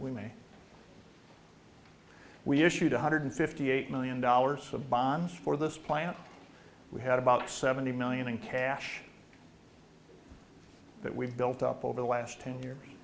we may we issued one hundred fifty eight million dollars of bonds for this plant we had about seventy million in cash that we've built up over the last ten years